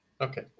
Okay